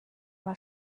mal